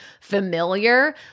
familiar